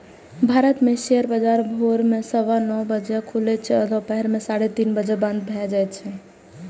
भारत मे शेयर बाजार भोर मे सवा नौ बजे खुलै छै आ दुपहर मे साढ़े तीन बजे बंद भए जाए छै